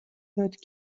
داد